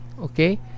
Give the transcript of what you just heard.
okay